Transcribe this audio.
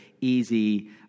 easy